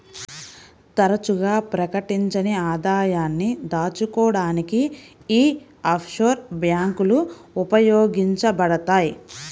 తరచుగా ప్రకటించని ఆదాయాన్ని దాచుకోడానికి యీ ఆఫ్షోర్ బ్యేంకులు ఉపయోగించబడతయ్